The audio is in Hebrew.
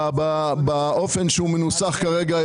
באופן שהוא מנוסח כרגע,